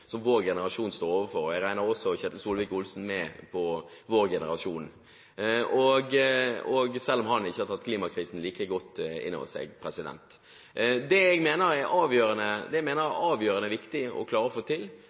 som vår generasjon står overfor, og jeg regner også Ketil Solvik-Olsen med i «vår generasjon», selv om ikke han har tatt klimakrisen like godt inn over seg. Det jeg mener er avgjørende viktig, er at den måten vi nå kommer oss ut av den krisen vi er inne i, på, også bidrar til